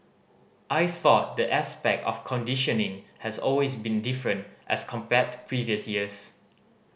I thought the aspect of conditioning has always been different as compared to previous years